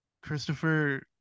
Christopher